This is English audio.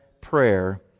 prayer